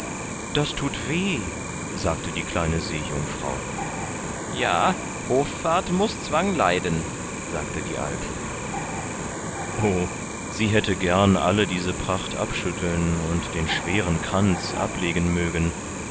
das thut weh sagte die kleine seejungfrau ja hoffart muß zwang leiden sagte die alte o sie hätte gern alle diese pracht abschütteln und den schweren kranz ablegen mögen